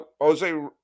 Jose